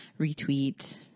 retweet